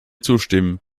zustimmen